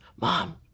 Mom